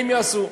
הם יעשו.